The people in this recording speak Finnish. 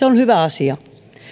on hyvä asia